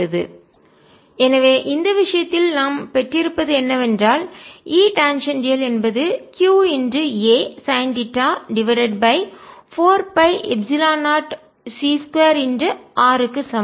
EtErvtsin cτEratsin c Er×42r2c2t2q0 Erq420c2t2 Etqa sin θ420c2r எனவே இந்த விஷயத்தில் நாம் பெற்றிருப்பது என்னவென்றால் E டான்ஜென்ஷியல் என்பது q a sine theta divided by 4 π epsilon 0 c2 r க்கு சமம்